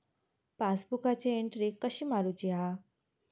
पासबुकाची एन्ट्री कशी मारुची हा?